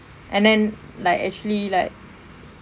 and then like actually like